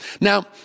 Now